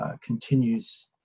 continues